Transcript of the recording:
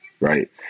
Right